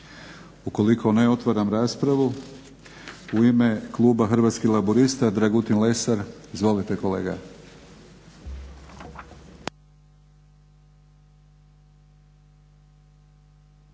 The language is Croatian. Ukoliko ne, otvaram raspravu. U ime kluba Hrvatskih laburista Dragutin Lesar. Izvolite kolega.